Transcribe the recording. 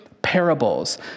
parables